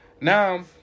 now